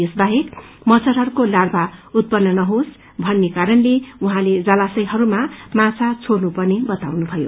यस बाहेक मच्छरहरूको लार्भा उत्पन्न नहोस भन्ने कारणले उहाँले जलाशयहरूमा माछा छोइन पर्ने बताउनुभयो